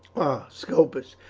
scopus,